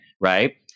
Right